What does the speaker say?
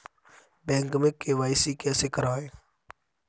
Bank में KYC कैसे करायें?